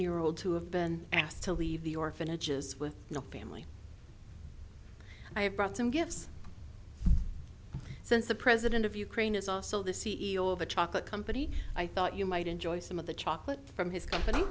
year olds who have been asked to leave the orphanages with the family i have brought some gifts since the president of ukraine is also the c e o of a chocolate company i thought you might enjoy some of the chocolate from his company